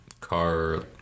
car